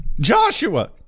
Joshua